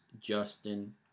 Justin